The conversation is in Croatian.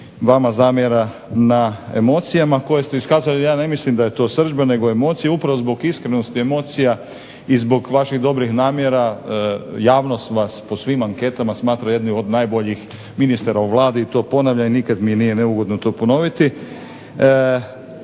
vama zamjera na emocijama koje ste iskazali. Ja ne mislim da je to srdžba nego emocija. Upravo zbog iskrenosti emocija i zbog vaših dobrih namjera javnost vas po svim anketama smatra jednim od najboljih ministara u Vladi i to ponavljam i nikad mi nije neugodno to ponoviti.